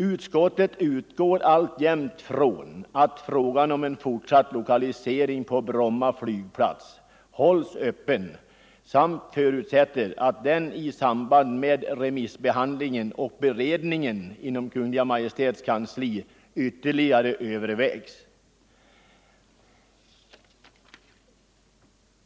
Utskottet utgår alltjämt från att frågan om en fortsatt lokalisering på Bromma flygplats hålls öppen samt förutsätter att den i samband med remissbehandlingen och beredningen inom Kungl. Maj:ts kansli ytterligare övervägs.”